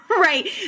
right